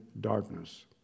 darkness